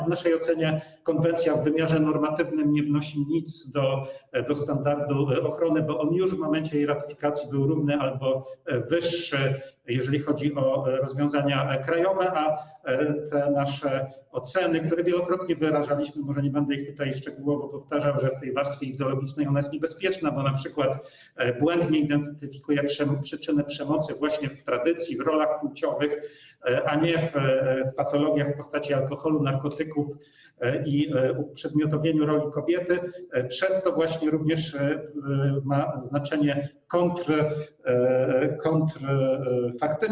W naszej ocenie konwencja w wymiarze normatywnym nie wnosi nic do standardu ochrony, bo on już w momencie jej ratyfikacji był równy albo wyższy, jeżeli chodzi o rozwiązania krajowe, a w naszej ocenie, którą wielokrotnie wyrażaliśmy, może nie będę jej szczegółowo powtarzał, w warstwie ideologicznej ona jest niebezpieczna, bo np. błędnie identyfikuje przyczyny przemocy, właśnie wskazując na tradycję, role płciowe, a nie w patologie w postaci alkoholu, narkotyków i uprzedmiotowienia roli kobiety, przez co również ma znaczenie kontrfaktyczne.